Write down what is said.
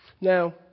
Now